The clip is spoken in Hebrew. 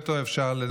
אפשר לפלג אותו,